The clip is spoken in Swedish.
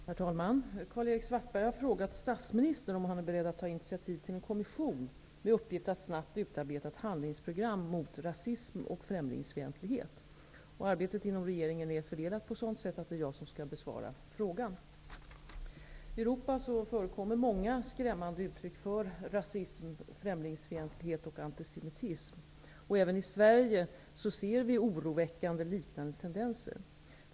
Herr talman! Karl-Erik Svartberg har frågat statsministern om han är beredd att ta initiativ till en kommission med uppgift att snabbt utarbeta ett handlingsprogram mot rasism och främlingsfientlighet. Arbetet inom regeringen är fördelat på ett sådant sätt att det är jag som skall besvara frågan. I Europa förekommer många skrämmande uttryck för rasism, främlingsfientlighet och antisemitism. Även i Sverige ser vi oroväckande liknande tendenser.